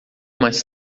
mais